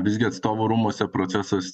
visgi atstovų rūmuose procesas